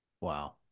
Wow